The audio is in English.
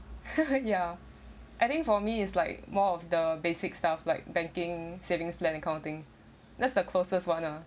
ya I think for me is like more of the basic stuff like banking savings plan that kind of thing that's the closest one ah